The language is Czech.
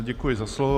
Děkuji za slovo.